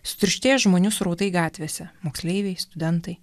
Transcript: sutirštėję žmonių srautai gatvėse moksleiviai studentai